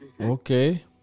Okay